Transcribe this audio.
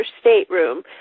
stateroom